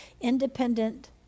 independent